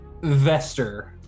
Vester